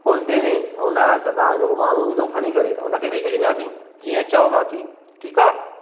phone पे में ऐं न त तव्हां खे हू माण्हू ईंदो खणी करे त उन खे ई ॾई छॾींदासीं जीअं चओ बाक़ी ठीकु आहे